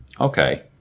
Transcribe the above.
okay